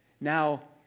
Now